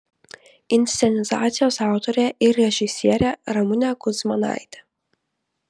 inscenizacijos autorė ir režisierė ramunė kudzmanaitė